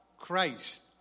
Christ